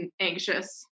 anxious